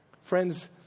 Friends